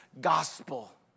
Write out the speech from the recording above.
gospel